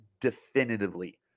definitively